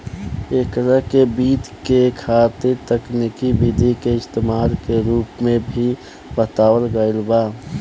एकरा के वित्त के खातिर तकनिकी विधि के इस्तमाल के रूप में भी बतावल गईल बा